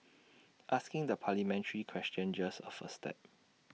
asking the parliamentary question just A first step